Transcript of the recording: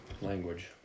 Language